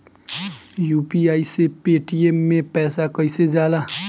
UPI से Paytm मे पैसा कइसे जाला?